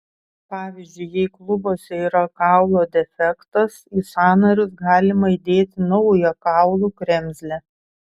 pavyzdžiui jei klubuose yra kaulo defektas į sąnarius galima įdėti naują kaulų kremzlę